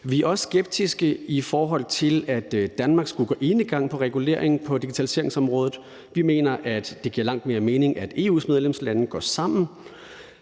Vi er også skeptiske over for, at Danmark skulle gå enegang i forhold til regulering af digitaliseringsområdet. Vi mener, at det giver langt mere mening, at EU's medlemslande, herunder